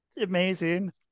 amazing